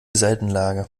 seitenlage